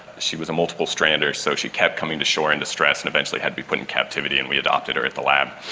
she was a multiple strander, so she kept coming to shore in distress and eventually had to be put in captivity and we adopted her at the lab.